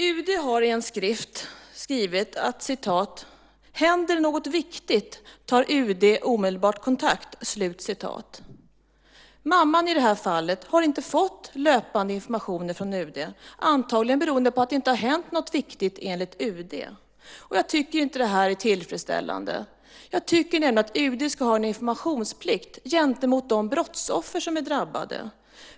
UD har i en skrift skrivit att "händer det något viktigt tar UD omedelbart kontakt". Mamman i det här fallet har inte fått löpande information från UD, antagligen beroende på att det inte har hänt något viktigt, enligt UD. Jag tycker inte att det här är tillfredsställande. Jag tycker nämligen att UD ska ha en informationsplikt gentemot de brottsoffer som är drabbade.